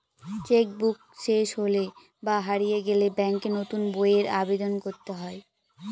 check book শেষ হলে বা হারিয়ে গেলে ব্যাঙ্কে নতুন বইয়ের আবেদন করতে হয়